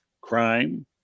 crime